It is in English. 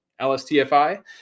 LSTFI